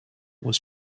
was